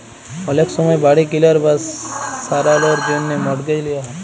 অলেক সময় বাড়ি কিলার বা সারালর জ্যনহে মর্টগেজ লিয়া হ্যয়